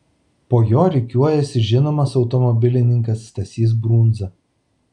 po jo rikiuojasi žinomas automobilininkas stasys brundza